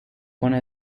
pone